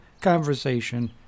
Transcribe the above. conversation